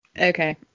okay